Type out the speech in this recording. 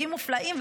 הישגים מופלאים,